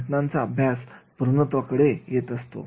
घटनांचा अभ्यास पूर्णत्वाकडे येतो